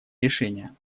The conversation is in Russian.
решения